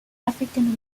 african